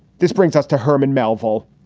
this brings us to herman melville,